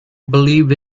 believe